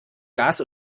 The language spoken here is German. gas